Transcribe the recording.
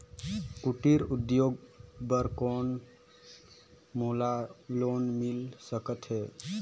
कुटीर उद्योग बर कौन मोला लोन मिल सकत हे?